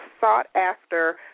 sought-after